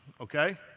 okay